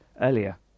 earlier